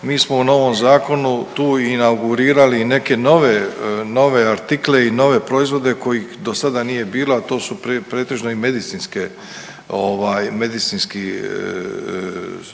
Mi smo u novom zakonu tu inaugurirali i neke nove, nove artikle i nove proizvode kojih dosada nije bilo, a to su pretežno i medicinske ovaj, medicinski